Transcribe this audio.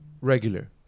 Regular